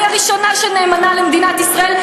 אני הראשונה שנאמנה למדינת ישראל,